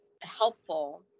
helpful